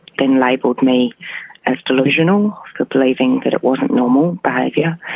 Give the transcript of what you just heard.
then labelled me as delusional for believing but it wasn't normal behaviour.